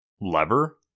lever